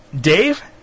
Dave